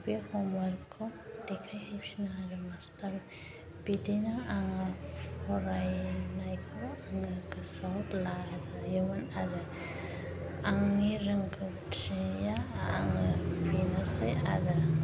बे हमव'र्कखौ देखायहैफिनो आरो मास्टार बिदिनो आङो फरायनायखौ आङो गोसोआव लायोमोन आरो आंनि रोंगौथिया बेनोसै आरो